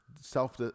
self